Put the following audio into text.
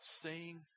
sing